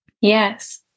Yes